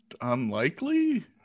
unlikely